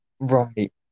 Right